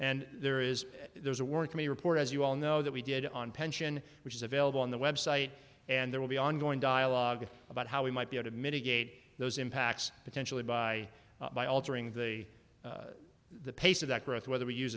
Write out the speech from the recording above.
and there is there's a work to me report as you all know that we did on pension which is available on the website and there will be ongoing dialogue about how we might be out to mitigate those impacts potentially by by altering the the pace of that growth whether we use